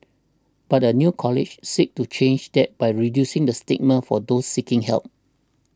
but a new college seeks to change that by reducing the stigma for do seeking help